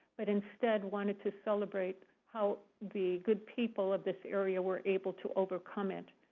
but instead wanted to celebrate how the good people of this area were able to overcome it.